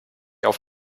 auf